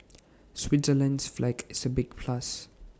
Switzerland's flag is A big plus